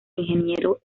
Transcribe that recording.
ingeniero